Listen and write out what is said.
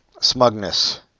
smugness